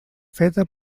feta